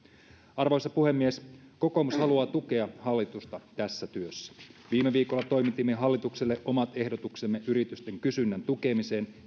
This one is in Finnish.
arvoisa puhemies kokoomus haluaa tukea hallitusta tässä työssä viime viikolla toimitimme hallitukselle omat ehdotuksemme yritysten kysynnän tukemiseen